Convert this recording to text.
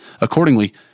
Accordingly